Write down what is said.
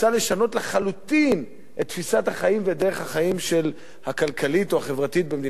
לחלוטין את תפיסת החיים ואת דרך החיים הכלכלית או החברתית במדינת ישראל.